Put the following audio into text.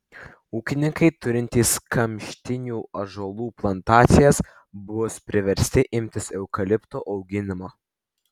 ūkininkai turintys kamštinių ąžuolų plantacijas bus priversti imtis eukaliptų auginimo